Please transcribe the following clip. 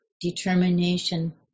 determination